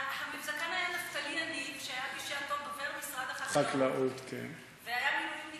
המבזקן היה נפתלי יניב שהיה בשעתו דובר משרד החקלאות והיה בגלי צה"ל.